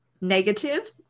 negative